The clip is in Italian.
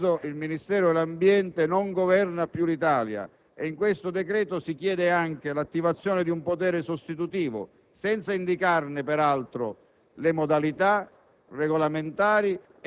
Ormai da un anno e mezzo il Ministero dell'ambiente non governa più l'Italia e nel decreto in esame si chiede anche l'attivazione di un potere sostitutivo, senza indicarne peraltro le modalità